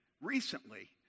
recently